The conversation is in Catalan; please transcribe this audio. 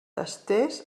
estès